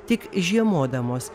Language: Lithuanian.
tik žiemodamos